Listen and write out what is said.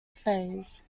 phase